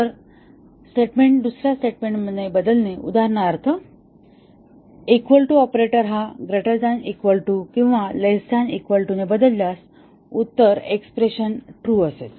तर स्टेटमेंट दुस या स्टेटमेंटने बदलणे उदाहरणार्थ इक्वल टू ऑपरेटर हा ग्रेटर द्यान इक्वल टू किंवा लेसद्यान इक्वल टू ने बदल्यास उत्तर एक्स्प्रेशन ट्रू असेल